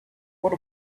what